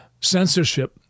Censorship